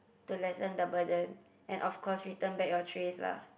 to lessen the burden and of course return back your tray lah